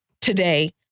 today